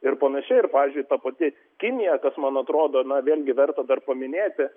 ir panašiai ir pavyzdžiui ta pati kinija kas man atrodo na vėlgi verta dar paminėti